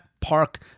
park